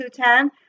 2.10